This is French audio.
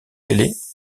délais